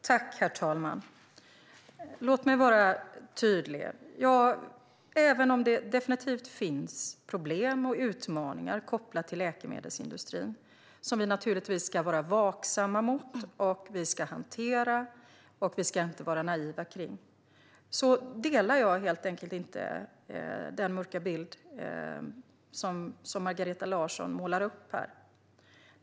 Herr talman! Låt mig vara tydlig. Även om det definitivt finns problem och utmaningar kopplade till läkemedelsindustrin - vi ska naturligtvis vara vaksamma mot det, hantera det och inte vara naiva - delar jag helt enkelt inte den mörka bild som Margareta Larsson målar upp här.